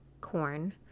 corn